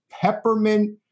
peppermint